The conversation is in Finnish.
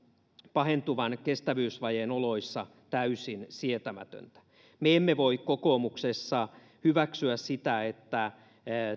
pahentuvan kestävyysvajeen oloissa täysin sietämätöntä me emme voi kokoomuksessa hyväksyä sitä että